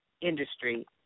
industry